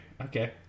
Okay